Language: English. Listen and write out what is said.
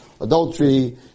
adultery